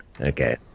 okay